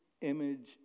image